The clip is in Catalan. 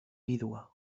vídua